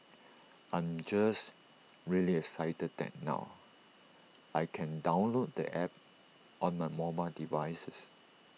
I'm just really excited that now I can download the app on my mobile devices